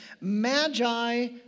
Magi